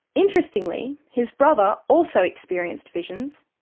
interestingly, his brother also experienced visions,